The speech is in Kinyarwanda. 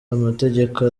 amategeko